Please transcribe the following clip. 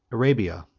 arabia,